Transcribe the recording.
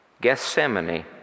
Gethsemane